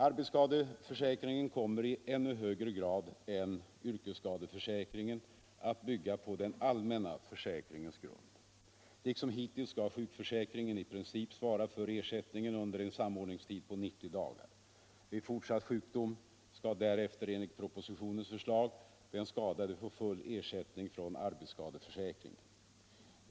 Arbetsskadeförsäkringen kommer i ännu högre grad än yrkesskadeförsäkringen att bygga på den allmänna försäkringens grund. Liksom hittills skall sjukförsäkringen i princip svara för ersättningen under en samordningstid på 90 dagar. Vid fortsatt sjukdom skall därefter enligt propositionens förslag den skadade få full ersättning från arbetsskadeförsäkringen.